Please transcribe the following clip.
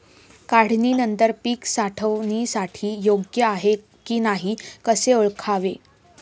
काढणी नंतर पीक साठवणीसाठी योग्य आहे की नाही कसे ओळखावे?